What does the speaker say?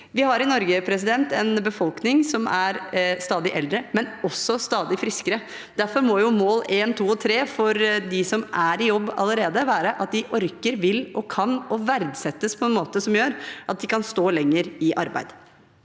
Vi har i Norge en befolkning som blir stadig eldre, men som også er stadig friskere. Derfor må jo mål én, to og tre for dem som er i jobb allerede, være at de orker, vil og kan, og at de verdsettes på en måte som gjør at de kan stå lenger i arbeid.